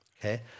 Okay